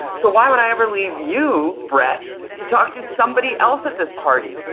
so why would i ever leave you, brett, to talk to somebody else at this party?